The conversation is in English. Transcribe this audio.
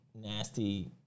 nasty